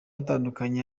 atandukanye